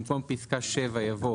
במקום "פסקה (7)" יבוא